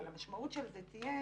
אבל המשמעות של זה תהיה